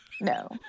No